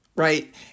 Right